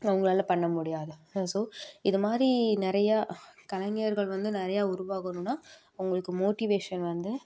அவங்களால பண்ண முடியாது ஸோ இது மாதிரி நிறையா கலைஞர்கள் வந்து நிறைய உருவாகணும்னா அவங்களுக்கு மோட்டிவேஷன் வந்து